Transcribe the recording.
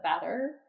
better